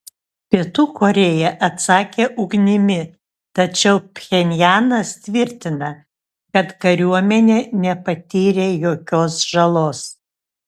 pietų korėja atsakė ugnimi tačiau pchenjanas tvirtina kad kariuomenė nepatyrė jokios žalos